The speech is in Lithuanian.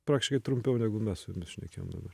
praktiškai trumpiau negu mes su jumis šnekėjom dabar